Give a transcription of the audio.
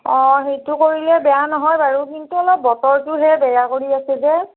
অঁ সেইটো কৰিলে বেয়া নহয় বাৰু কিন্তু অলপ বতৰটোহে বেয়া কৰি আছে যে